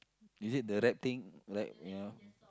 is it the rap thing like ya